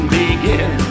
begin